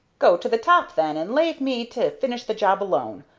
go to the top then, and lave me to finish the job alone.